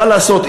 מה לעשות,